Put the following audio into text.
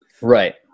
Right